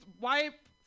wipe